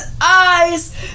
eyes